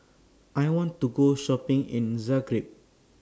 I want to Go Shopping in Zagreb